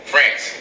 France